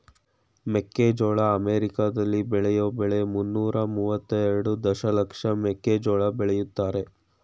ಮೆಕ್ಕೆಜೋಳ ಅಮೆರಿಕಾಲಿ ಬೆಳೆಯೋ ಬೆಳೆ ಮುನ್ನೂರ ಮುವತ್ತೆರೆಡು ದಶಲಕ್ಷ ಮೆಕ್ಕೆಜೋಳ ಬೆಳಿತಾರೆ